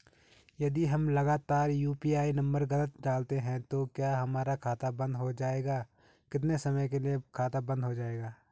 हम यदि लगातार यु.पी.आई नम्बर गलत डालते हैं तो क्या हमारा खाता बन्द हो जाएगा कितने समय के लिए खाता बन्द हो जाएगा?